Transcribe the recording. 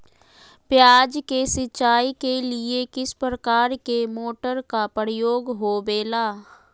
प्याज के सिंचाई के लिए किस प्रकार के मोटर का प्रयोग होवेला?